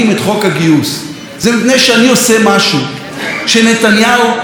זה מפני שאני עושה משהו שנתניהו לא מסוגל להבין,